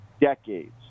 decades